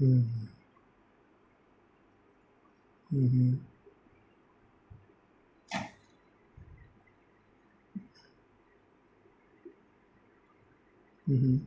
mm mmhmm mmhmm